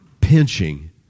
pinching